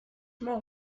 more